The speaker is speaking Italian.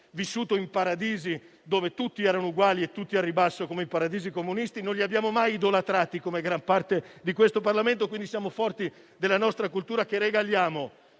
vissuto in paradisi dove tutti erano uguali e tutti al ribasso come nei paradisi comunisti, non li abbiamo mai idolatrati come gran parte di questo Parlamento, quindi siamo forti della nostra cultura che regaliamo